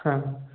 ହଁ